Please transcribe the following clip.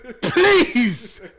Please